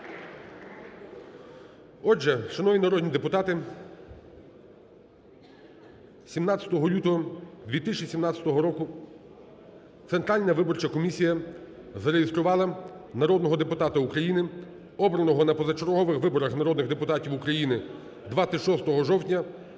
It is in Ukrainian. Отже, шановні народні депутати, 17 лютого 2017 року Центральна виборча комісія зареєструвала народного депутата України, обраного на позачергових виборах народних депутатів України 26 жовтня